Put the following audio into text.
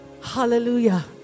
Hallelujah